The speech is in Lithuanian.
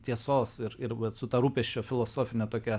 tiesos ir ir vat su ta rūpesčio filosofine tokia